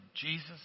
Jesus